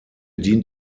dient